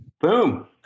Boom